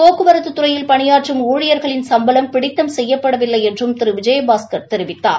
போக்குவரத்து துறையில் பணியாற்றும் ஊழியர்களின் சம்பளம் பிடித்தம் செய்யப்படவில்லை என்றும் திரு விஜயபாஸ்கர் தெரிவித்தார்